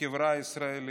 בחברה הישראלית".